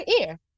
ear